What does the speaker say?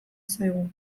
zaigu